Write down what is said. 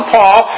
Paul